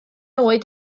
oed